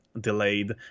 delayed